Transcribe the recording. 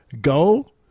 go